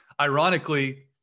ironically